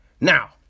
Now